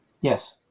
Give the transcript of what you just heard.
Yes